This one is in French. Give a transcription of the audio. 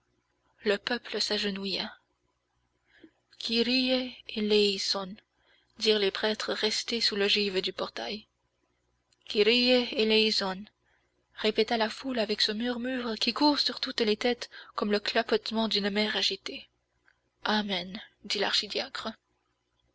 le peuple s'agenouilla kyrie eleison dirent les prêtres restés sous l'ogive du portail kyrie eleison répéta la foule avec ce murmure qui court sur toutes les têtes comme le clapotement d'une mer agitée amen